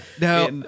now